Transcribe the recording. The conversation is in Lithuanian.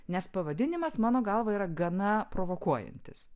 nes pavadinimas mano galva yra gana provokuojantis